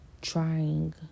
trying